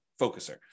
focuser